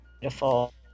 beautiful